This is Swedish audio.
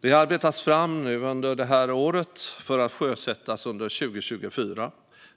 Det arbetas fram under det här året för att sjösättas under 2024.